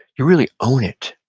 you really own it.